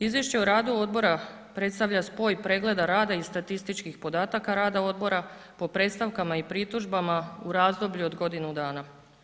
Izvješće o radu odbora predstavlja spoj pregleda rada i statističkih podataka rada odbora po predstavkama i pritužbama u razdoblju od godinu dana.